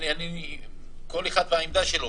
כל אחד והעמדה שלו.